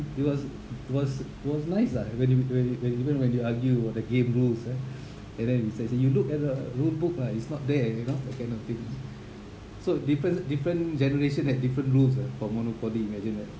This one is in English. it was it was it was nice lah when when when even when they argue about the game rules ah and then he says you look at the rule book lah it's not there you know that kind of thing so different different generations have different rules ah for monopoly imagine right